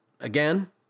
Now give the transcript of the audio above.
again